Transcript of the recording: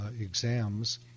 exams